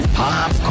pop